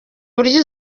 uburyo